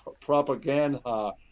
propaganda